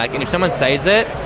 like and if someone says it,